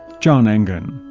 john engen.